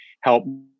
help